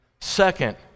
Second